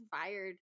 fired